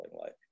life